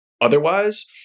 otherwise